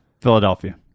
Philadelphia